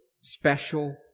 special